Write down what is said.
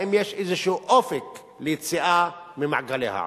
והאם יש איזשהו אופק ליציאה ממעגלי העוני.